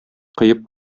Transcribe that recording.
коеп